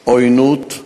עוינות,